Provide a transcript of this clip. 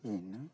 പിന്നെ